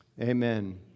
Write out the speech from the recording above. amen